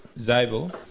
Zabel